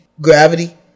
Gravity